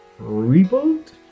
reboot